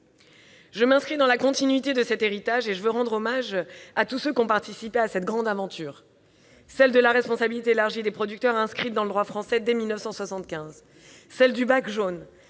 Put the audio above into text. Je m'inscris dans la continuité de cet héritage et je veux rendre hommage à tous ceux qui ont participé à cette grande aventure, celle de la responsabilité élargie des producteurs inscrite dans le droit français dès 1975, celle du « bac jaune